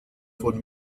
von